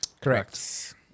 Correct